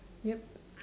yup